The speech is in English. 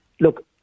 Look